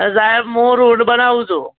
અ સાહેબ હું રોડ બનાવું છું